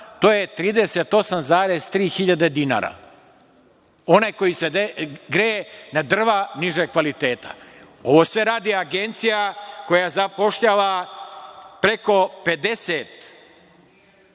to je 38.300 dinara. Onaj koji se greje na drva nižeg kvaliteta. Ovo sve radi Agencija zapošljava preko 50,